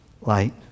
light